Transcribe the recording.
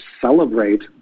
celebrate